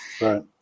Right